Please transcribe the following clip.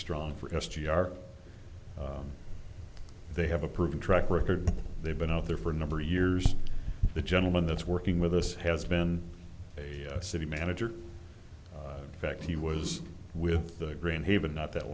strong for us g r they have a proven track record they've been out there for a number of years the gentleman that's working with us has been a city manager in fact he was with the green haven not that